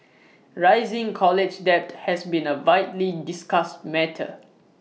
rising college debt has been A widely discussed matter